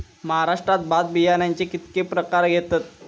महाराष्ट्रात भात बियाण्याचे कीतके प्रकार घेतत?